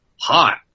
hot